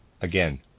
Again